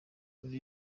muri